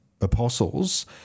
apostles